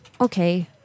Okay